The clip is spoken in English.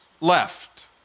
left